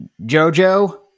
Jojo